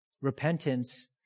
Repentance